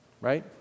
Right